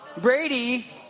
Brady